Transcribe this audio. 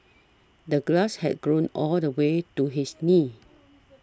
the grass had grown all the way to his knees